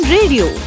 Radio